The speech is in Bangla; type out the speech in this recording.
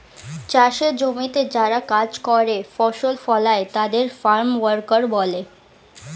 চাষের জমিতে যারা কাজ করে, ফসল ফলায় তাদের ফার্ম ওয়ার্কার বলে